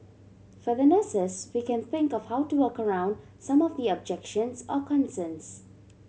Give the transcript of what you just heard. for the nurses we can think of how to work around some of the objections or concerns